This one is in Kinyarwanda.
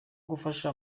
gufasha